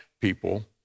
people